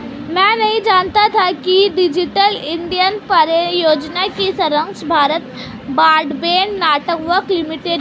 मैं नहीं जानता था कि डिजिटल इंडिया परियोजना की संरक्षक भारत ब्रॉडबैंड नेटवर्क लिमिटेड है